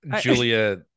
julia